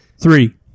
Three